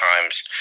times